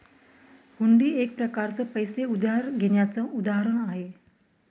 हुंडी एक प्रकारच पैसे उधार घेण्याचं उदाहरण आहे